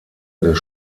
des